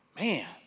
Man